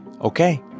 okay